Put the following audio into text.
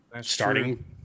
starting